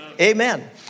Amen